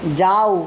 যাও